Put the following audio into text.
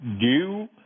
due